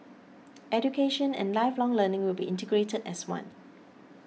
education and lifelong learning will be integrated as one